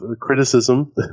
criticism